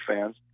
fans